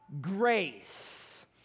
grace